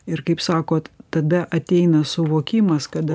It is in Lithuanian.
ir kaip sakot tada ateina suvokimas kada